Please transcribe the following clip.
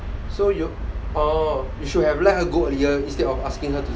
so you oh you should have let her go earlier instead of asking her to